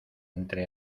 entre